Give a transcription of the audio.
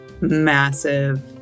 massive